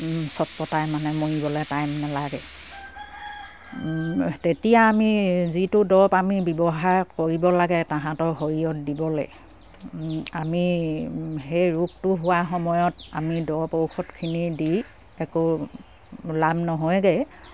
চটফটাই মানে মৰিবলে টাইম নেলাগে তেতিয়া আমি যিটো দৰব আমি ব্যৱহাৰ কৰিব লাগে তাহাঁতৰ শৰীৰত দিবলে আমি সেই ৰোগটো হোৱা সময়ত আমি দৰব ঔষধখিনি দি একো লাভ নহয়গে